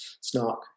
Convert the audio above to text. snark